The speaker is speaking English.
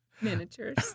Miniatures